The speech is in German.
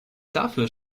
dafür